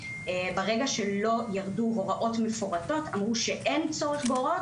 ברגע שלא ירדו הוראות מפורטות ואמרו שאין צורך בהוראות,